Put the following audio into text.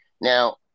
Now